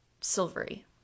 Silvery